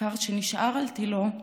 כפר שנשאר על תילו,